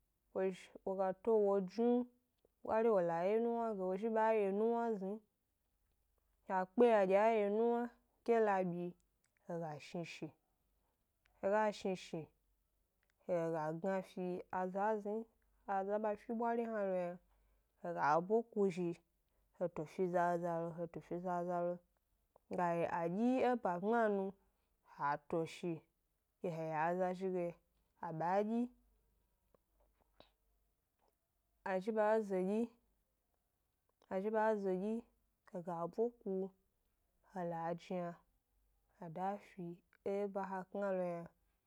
Wo sh, wo ga tuo wo jnu hari wo la ye nuwna ge, wo zhi ba ye nuwna zni, ha kpeya dye a ye nuwna ke la byi, he ga shni shi, he ga shni shi, he ga gna fi aza ezni, aza ba fi bwari hna lo yna, he ga 'bwe ku zhi he to fi zaza lo, he to fi zaza lo, ga yi a dyi e ba gbma nu, ha to shi ke he yi aza zhi ge a ba dyi, a zhi ba zo dyi, a zhi ba zo dyi, he ga 'bwe ku he la jna he da fi e ba ha kna lo yna.